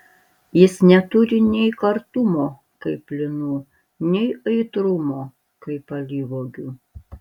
jis neturi nei kartumo kaip linų nei aitrumo kaip alyvuogių